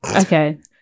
okay